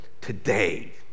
today